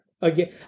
again